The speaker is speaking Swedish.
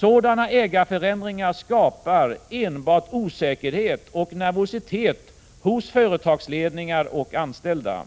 Sådana ägarförändringar skapar enbart osäkerhet och nervositet hos företagsledningar och anställda.